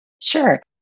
Sure